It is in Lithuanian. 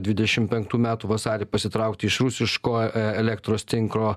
dvidešimt penktų metų vasarį pasitraukti iš rusiško e elektros tinkro